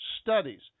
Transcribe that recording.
studies